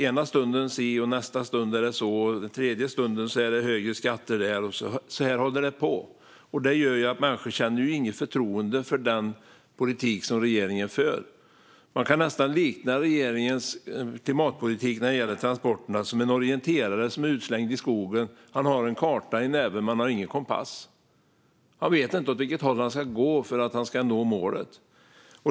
Ena stunden är det si, nästa stund är det så och tredje stunden är det högre skatter. Så håller det på, och detta gör att människor inte känner förtroende för den politik som regeringen för. Man kan nästan likna regeringens klimatpolitik när det gäller transporter vid en orienterare som är utslängd i skogen. Han har en karta i näven men ingen kompass. Han vet inte åt vilket håll han ska gå för att nå målet.